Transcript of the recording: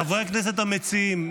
חברי הכנסת המציעים,